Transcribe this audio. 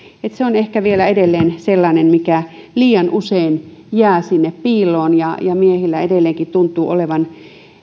se on vielä ehkä edelleen sellainen mikä liian usein jää sinne piiloon ja ja miehillä edelleenkin tuntuu olevan